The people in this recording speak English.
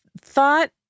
thought